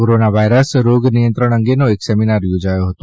corona virus રોગ નિયંત્રણ અંગેનો એક સેમીનાર યોજાયો હતો